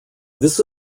this